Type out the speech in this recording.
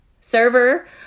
server